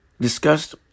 discussed